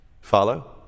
follow